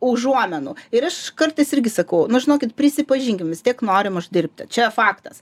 užuominų ir aš kartais irgi sakau nu žinokit prisipažinkim vis tiek norim uždirbti čia faktas